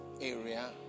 area